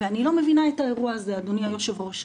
ואני לא מבינה את האירוע הזה, אדוני היושב-ראש.